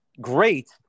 great